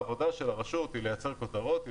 העבודה של הרשות היא לייצר כותרות,